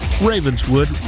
Ravenswood